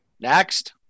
Next